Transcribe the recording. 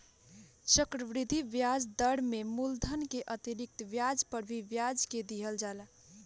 चक्रवृद्धि ब्याज दर में मूलधन के अतिरिक्त ब्याज पर भी ब्याज के लिहल जाला